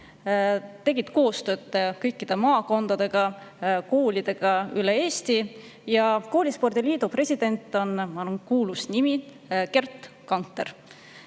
tegi koostööd kõikide maakondade ja koolidega üle Eesti. Koolispordi liidu president on – ma arvan, kuulus nimi – Gerd Kanter.